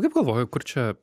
kaip galvoju kur čia